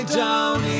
down